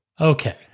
Okay